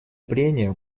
прения